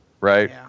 right